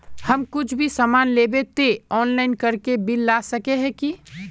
हम कुछ भी सामान लेबे ते ऑनलाइन करके बिल ला सके है की?